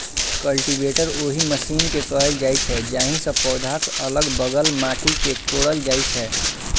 cultivator ओहि machine कें कहल जाइ छै, जाहि सं पौधाक अलग बगल माटि कें कोड़ल जाइ छै